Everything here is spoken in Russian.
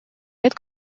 лет